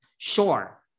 Sure